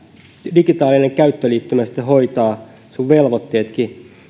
digitaalinen käyttöliittymä hoitaa sinun velvoitteesikin